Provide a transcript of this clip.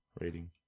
rating